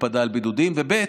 בהקפדה על בידודים, ב.